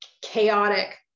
chaotic